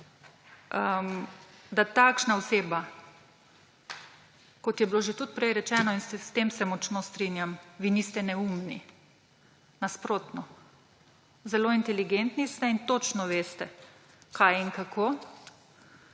vam, upravičena. Kot je bilo že tudi prej rečeno in s tem se močno strinjam, vi niste neumni, nasprotno, zelo inteligentni ste in točno veste, kaj in kako,